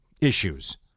issues